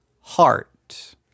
heart